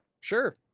Sure